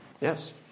Yes